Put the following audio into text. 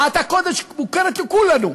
מחאת הקוטג' מוכרת לכולנו.